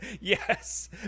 Yes